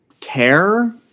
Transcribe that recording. care